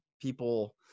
People